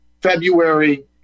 February